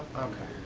okay,